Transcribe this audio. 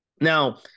now